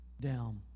down